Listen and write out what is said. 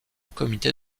comité